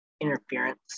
interference